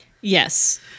yes